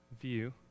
view